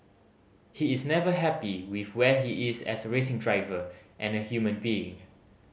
he is never happy with where he is as a racing driver and a human being